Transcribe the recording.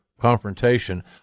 confrontation